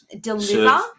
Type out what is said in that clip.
deliver